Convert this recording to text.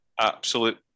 Absolute